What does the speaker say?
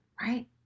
right